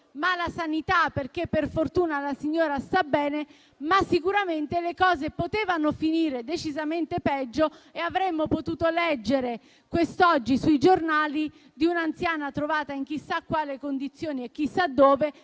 malasanità, perché per fortuna la signora sta bene, ma sicuramente le cose potevano finire decisamente peggio e avremmo potuto leggere quest'oggi sui giornali di un'anziana trovata in chissà quale condizione e chissà dove,